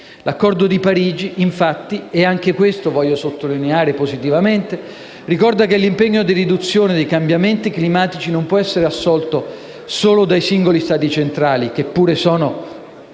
L'accordo di Parigi infatti - e anche questo è un aspetto da sottolineare positivamente - ricorda che l'impegno di riduzione dei cambiamenti climatici non può essere assolto dai soli Stati centrali, che pure sono